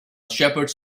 shepherds